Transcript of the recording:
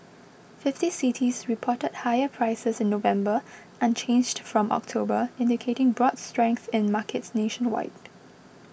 fifty cities reported higher prices in November unchanged from October indicating broad strength in markets nationwide